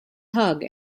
hug